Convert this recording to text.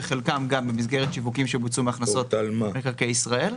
חלקן גם במסגרת שיווקים שבוצעו מהכנסות מקרקעי ישראל.